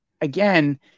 again